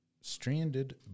stranded